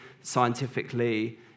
scientifically